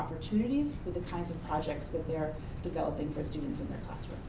opportunities with the kinds of projects that they're developing for students in their classroom